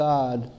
God